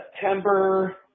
September